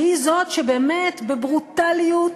שהיא באמת בברוטליות,